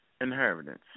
inheritance